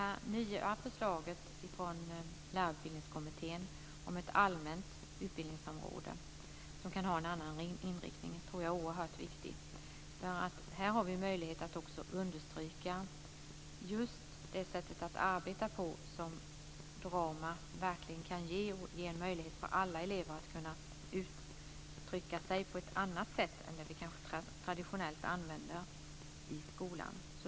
Det nya förslaget från Lärarutbildningskommittén om ett allmänt utbildningsområde som kan ha en annan inriktning är oerhört viktigt. Här har vi möjlighet att understryka just det sätt att arbeta på som drama verkligen kan ge, nämligen ge alla elever en möjlighet att uttrycka sig på ett annat sätt än man traditionellt gör i skolan.